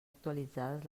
actualitzades